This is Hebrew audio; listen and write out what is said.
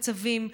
הצווים.